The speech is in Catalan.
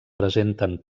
presenten